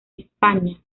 hispania